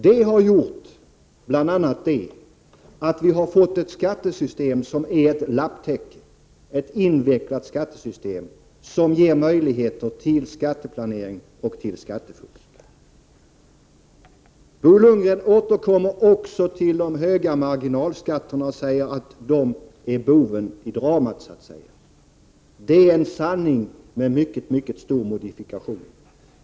Detta har bl.a. gjort att vi har fått ett skattesystem som är ett lapptäcke, ett invecklat skattesystem som ger möjligheter till skatteplanering och skattefusk. Bo Lundgren återkommer också till de höga marginalskatterna och säger att de är boven i dramat. Det är en sanning med mycket stor modifikation.